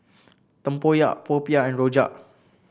tempoyak popiah and rojak